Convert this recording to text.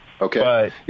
Okay